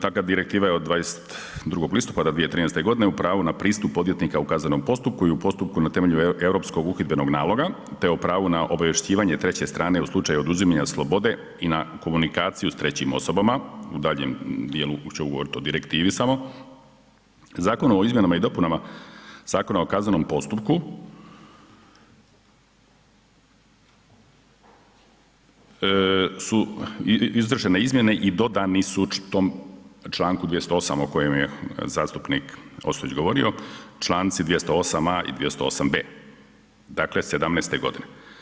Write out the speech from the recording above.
Takva direktiva je od 22. listopada 2013. u pravu na pristup odvjetnika u kaznenom postupku i u postupku na temelju Europskog uhidbenog naloga te o pravu na obavješćivanje treće strane u slučaju oduzimanja slobode i na komunikaciju sa trećim osobama u daljnjem dijelu ću govoriti o direktivi samo, Zakonom o izmjenama i dopunama Zakona o kaznenom postupku su izvršene izmjene i dodani tom Članku 208. o kojem je zastupnik Ostojić govorio, Članci 208a. i 208b., dakle '17. godine.